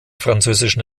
französischen